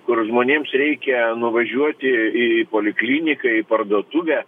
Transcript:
kur žmonėms reikia nuvažiuoti į polikliniką į parduotuvę